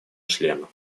члена